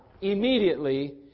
immediately